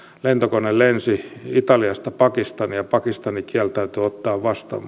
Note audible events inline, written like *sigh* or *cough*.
lentokone lensi italiasta pakistaniin ja pakistan kieltäytyi ottamasta vastaan *unintelligible*